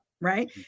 right